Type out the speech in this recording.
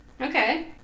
Okay